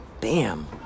bam